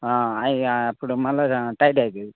ఇక అప్పుడు మళ్ళా టైట్ అవుతుంది